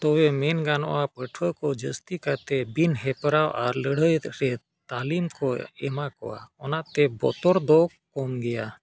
ᱛᱚᱵᱮ ᱢᱮᱱ ᱜᱟᱱᱚᱜᱼᱟ ᱯᱟᱹᱴᱷᱩᱣᱟᱹ ᱠᱚ ᱡᱟᱹᱥᱛᱤ ᱠᱟᱛᱮᱫ ᱵᱤᱱ ᱦᱮᱯᱨᱟᱣ ᱟᱨ ᱞᱟᱹᱲᱦᱟᱹᱭ ᱨᱮ ᱛᱟᱹᱞᱤᱢ ᱠᱚ ᱮᱢᱟ ᱠᱚᱣᱟ ᱚᱱᱟ ᱛᱮ ᱵᱚᱛᱚᱨ ᱫᱚ ᱠᱚᱢ ᱜᱮᱭᱟ